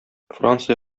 франция